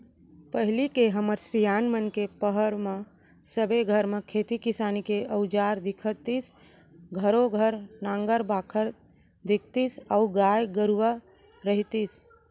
पहिली के हमर सियान मन के पहरो म सबे घर म खेती किसानी के अउजार दिखतीस घरों घर नांगर बाखर दिखतीस अउ गाय गरूवा रहितिस